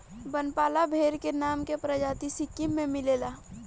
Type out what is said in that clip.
बनपाला भेड़ नाम के प्रजाति सिक्किम में मिलेले